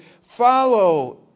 follow